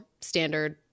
standard